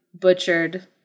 butchered